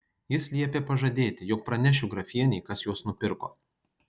jis liepė pažadėti jog pranešiu grafienei kas juos nupirko